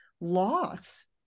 loss